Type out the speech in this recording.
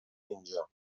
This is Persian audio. اینجا